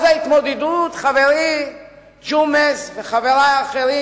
אז חברי ג'ומס וחברי האחרים,